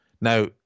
Now